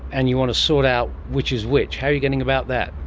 and you want to sort out which is which. how are you getting about that?